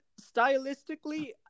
Stylistically